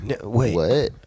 Wait